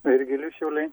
virgilijus šiauliai